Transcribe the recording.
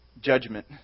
judgment